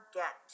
get